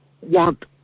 want